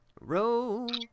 Roll